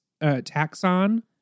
taxon